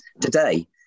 today